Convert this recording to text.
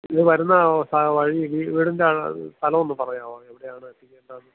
നിങ്ങൾ വരുന്നാ വഴി വീടിൻറ്റേ സ്ഥലം ഒന്ന് പറയാമോ എവിടെയാണ് തിരിയേണ്ടത് എന്ന്